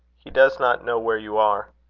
he does not know where you are.